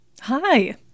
Hi